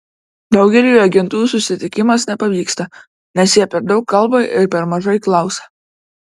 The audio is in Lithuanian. daugeliui agentų susitikimas nepavyksta nes jie per daug kalba ir per mažai klausia